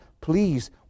please